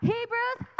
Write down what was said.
Hebrews